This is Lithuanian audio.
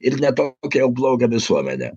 ir ne tokią jau blogą visuomenę